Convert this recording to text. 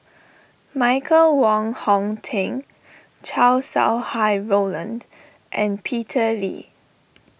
Michael Wong Hong Teng Chow Sau Hai Roland and Peter Lee